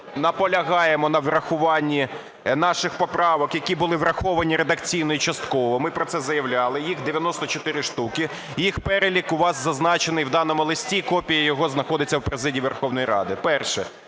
ми наполягаємо на врахуванні наших поправок, які були враховані редакційно і частково. Ми про це заявляли. Їх 94 штуки. Їх перелік у вас зазначений в даному листі, копія його знаходиться в президії Верховної Ради. Перше.